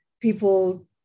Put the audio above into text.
people